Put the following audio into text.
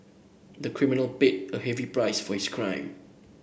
the criminal paid a heavy price for his crime